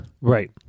right